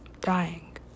dying